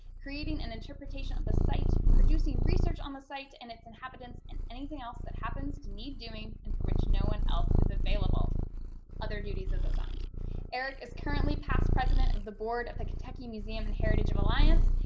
creating an interpretation of the site, producing research on the site and its inhabitants, and anything else that happens to need doing and for which no one else is available other duties is assigned eric is currently past president of the board of the kentucky museum and heritage of alliance,